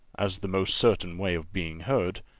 as the most certain way of being heard,